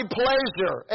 pleasure